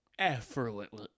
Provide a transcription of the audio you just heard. effortlessly